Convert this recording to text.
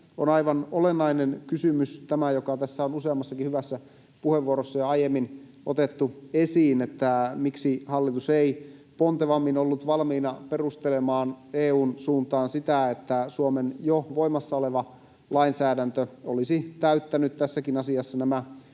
on aivan olennainen kysymys tämä, joka tässä on useammassakin hyvässä puheenvuorossa jo aiemmin otettu esiin: miksi hallitus ei pontevammin ollut valmiina perustelemaan EU:n suuntaan sitä, että Suomen jo voimassa oleva lainsäädäntö olisi täyttänyt tässäkin asiassa nämä